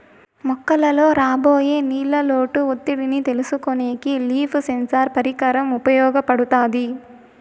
మొక్కలలో రాబోయే నీళ్ళ లోటు ఒత్తిడిని తెలుసుకొనేకి లీఫ్ సెన్సార్ పరికరం ఉపయోగపడుతాది